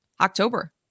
October